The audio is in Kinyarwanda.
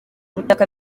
ubutaka